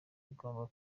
igomba